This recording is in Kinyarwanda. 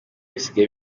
bisigaye